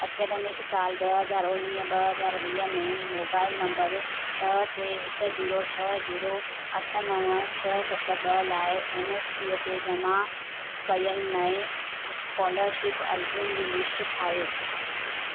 academic सालु ॿ हज़ार उणिवीह ॿ हज़ार वीह में मोबाइल नंबर छह टे हिक जीरो छह जीरो अठ नव छह सत ॿ लाइ एनएसपी ते जमा कयल नए स्कोलरशिप अर्ज़ियुनि जी लिस्ट ठाहियो